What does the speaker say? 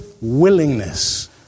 willingness